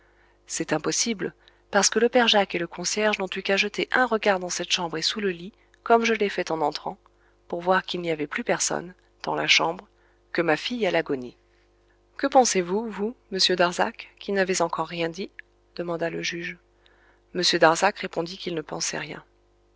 c'est impossible parce que le père jacques et le concierge n'ont eu qu'à jeter un regard dans cette chambre et sous le lit comme je l'ai fait en entrant pour voir qu'il n'y avait plus personne dans la chambre que ma fille à l'agonie que pensez-vous vous monsieur darzac qui n'avez encore rien dit demanda le juge m darzac répondit qu'il ne pensait rien